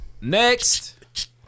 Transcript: next